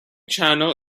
channel